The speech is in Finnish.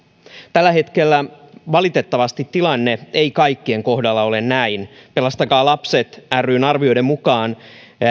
tällä hetkellä valitettavasti tilanne ei kaikkien kohdalla ole näin pelastakaa lapset ryn arvioiden mukaan